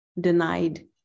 denied